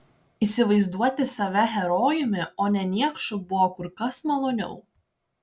įsivaizduoti save herojumi o ne niekšu buvo kur kas maloniau